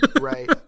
Right